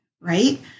right